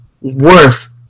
worth